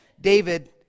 David